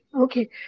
Okay